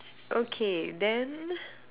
okay then